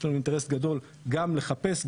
יש לנו אינטרס גדול גם לחפש,